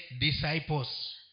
disciples